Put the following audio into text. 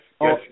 Yes